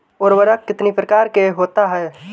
उर्वरक कितनी प्रकार के होता हैं?